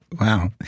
Wow